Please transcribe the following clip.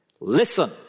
listen